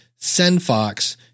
SendFox